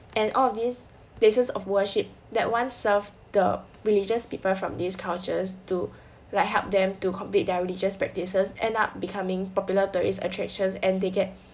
and all of these places of worship that once served the religious people from these cultures to like help them to complete their religious practices end up becoming popular tourist attractions and they get